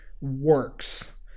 works